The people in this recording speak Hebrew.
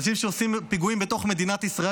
אנשים שעושים פיגועים בתוך מדינת ישראל,